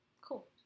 Cool